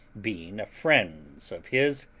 being a friend's of his,